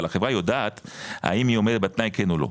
החברה יודעת האם היא עומדת בתנאי כן או לא.